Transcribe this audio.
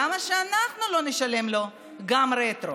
למה שאנחנו לא נשלם לו גם רטרואקטיבית?